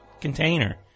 container